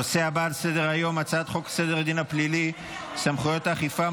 הנושא הבא על סדר-היום: הצעת חוק סדר הדין הפלילי (סמכויות אכיפה,